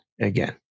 again